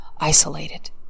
isolated